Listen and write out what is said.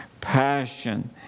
passion